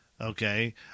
okay